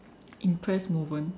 impressed moment